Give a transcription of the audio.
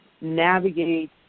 navigate